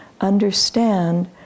understand